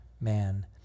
man